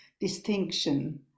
distinction